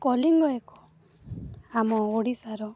କଳିଙ୍ଗ ଏକ ଆମ ଓଡ଼ିଶାର